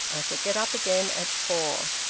i shall get up again at four.